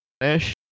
finish